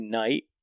night